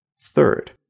Third